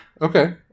Okay